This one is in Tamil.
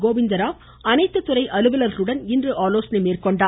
கோவிந்தராவ் அனைத்து துறை அலுவலா்களுடன் இன்று ஆலோசனை மேற்கொண்டார்